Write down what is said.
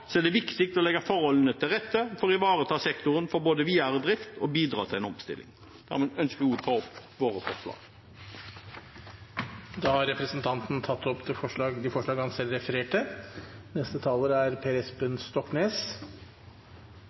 er det viktig å legge forholdene til rette for å ivareta sektoren for både videre drift og å bidra til omstilling. Jeg ønsker også å ta opp våre forslag. Da har representanten Terje Halleland tatt opp de forslagene han refererte